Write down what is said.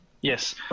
Yes